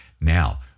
Now